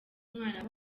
umwana